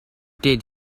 did